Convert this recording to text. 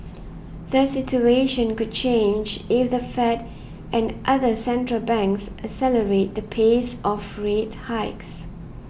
the situation could change if the Fed and other central banks accelerate the pace of rate hikes